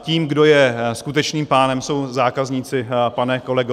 Tím, kdo je skutečným pánem, jsou zákazníci, pane kolego.